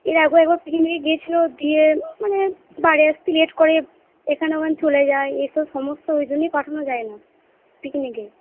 এর আগেও একবার পিকনিকে গিয়েছিল দিয়ে মানে বাড়ি আসতে লেট করে এখান ওখান চলে যায় এসব সমস্যা ওই জন্যই পাঠানো যায় না পিকনিকে